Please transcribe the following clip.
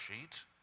sheet